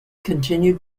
continued